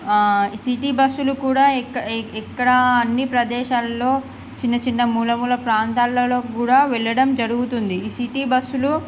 city బస్సులు కూడా ఎక్క ఎక్కడ అన్నీ ప్రదేశాలలో చిన్న చిన్న మూల మూల ప్రాంతాలలో కూడా వెళ్ళడం జరుగుతుంది ఈ సిటీ బస్సులు